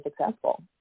successful